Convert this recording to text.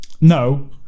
No